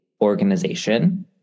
organization